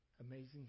Amazing